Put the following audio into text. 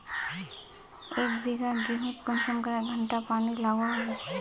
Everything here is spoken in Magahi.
एक बिगहा गेँहूत कुंसम करे घंटा पानी लागोहो होबे?